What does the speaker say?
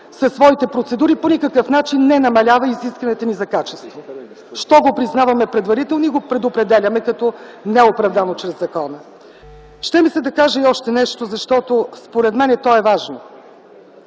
със своите процедури, по никакъв начин не намалява изискванията ни за качество? Защо го признаваме предварително и го предопределяме като неоправдано чрез закона? Ще ми се да кажа и още нещо, защото според мен то е важно.